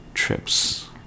trips